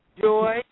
Joy